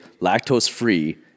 lactose-free